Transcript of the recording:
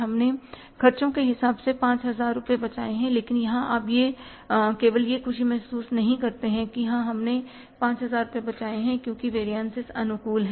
हमने ख़र्चों के हिसाब से 5000 रुपए बचाए हैं लेकिन यहां आप केवल यह खुशी महसूस नहीं कर सकते कि हां हमने 5000 रुपए बचाए हैं क्योंकि वेरियनसिस अनुकूल है